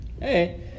Hey